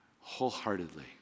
wholeheartedly